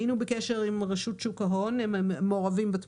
היינו בקשר עם רשות שוק ההון, והם בתמונה.